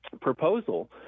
proposal